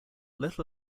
little